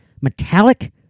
metallic